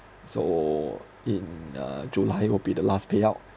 so in uh july will be the last payout